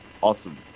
awesome